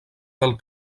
del